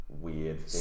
weird